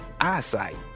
eyesight